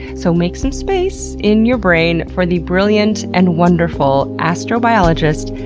so make some space in your brain for the brilliant and wonderful astrobiologist,